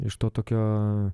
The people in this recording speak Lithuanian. iš to tokio